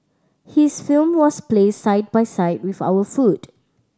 his film was placed side by side with our food